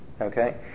okay